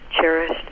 cherished